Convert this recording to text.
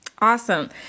Awesome